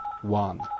One